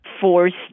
forced